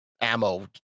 ammo